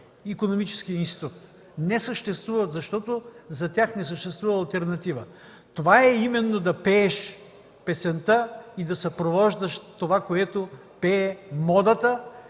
Икономическият институт. Не съществуват, защото за тях не съществува алтернатива. Това е именно да пееш песента и да съпровождаш това, което пее модата,